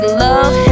love